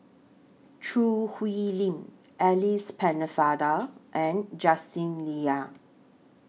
Choo Hwee Lim Alice Pennefather and Justin Lean